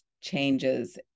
changes